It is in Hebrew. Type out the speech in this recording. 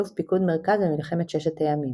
אלוף פיקוד מרכז במלחמת ששת הימים.